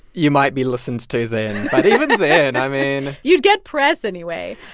you might be listened to then. but even then, i mean. you'd get press anyway.